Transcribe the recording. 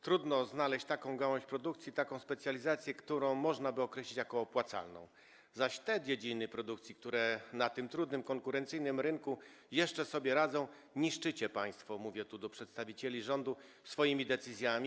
Trudno znaleźć taką gałąź produkcji, taką specjalizację, którą można by określić jako opłacalną, zaś te dziedziny produkcji, które na tym trudnym, konkurencyjnym rynku jeszcze sobie radzą, niszczycie państwo - zwracam się tu do przedstawicieli rządu - swoimi decyzjami.